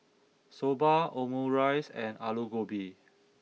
Soba Omurice and Alu Gobi